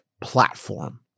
platform